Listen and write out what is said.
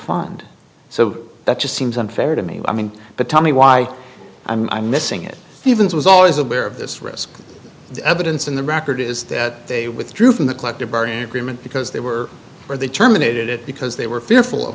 fund so that just seems unfair to me i mean but tell me why i'm missing it evens was all as a bearer of this risk the evidence in the record is that they withdrew from the collective bargaining agreement because they were or they terminated it because they were fearful of